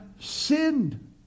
sinned